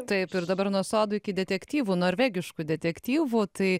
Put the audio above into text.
taip ir dabar nuo sodų iki detektyvų norvegiškų detektyvų tai